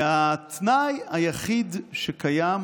והתנאי היחיד שקיים,